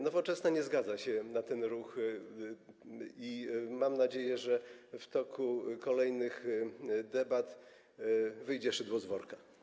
Nowoczesna nie zgadza się na ten ruch i mamy nadzieję, że w toku kolejnych debat wyjdzie szydło z worka.